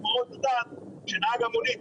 נהג המונית